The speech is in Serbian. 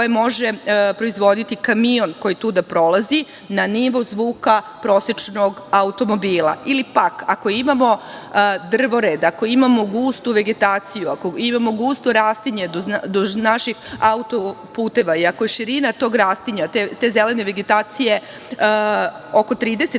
može proizvoditi kamion koji tuda prolazi na nivo zvuka prosečnog automobila ili pak, ako imamo drvored, ako imamo gustu vegetaciju, ako imamo gusto rastinje duž naših autoputeva i ako je širina tog rastinja, te zelene vegetacije oko 30